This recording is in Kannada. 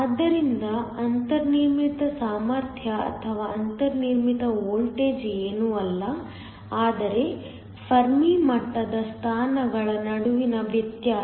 ಆದ್ದರಿಂದ ಅಂತರ್ನಿರ್ಮಿತ ಸಾಮರ್ಥ್ಯ ಅಥವಾ ಅಂತರ್ನಿರ್ಮಿತ ವೋಲ್ಟೇಜ್ ಏನೂ ಅಲ್ಲ ಆದರೆ ಫೆರ್ಮಿ ಮಟ್ಟದ ಸ್ಥಾನಗಳ ನಡುವಿನ ವ್ಯತ್ಯಾಸ